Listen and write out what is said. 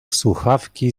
słuchawki